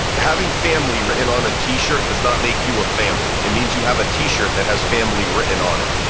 but having family written on a t-shirt does not make you a family, it means you have a t-shirt that has family written on it.